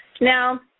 Now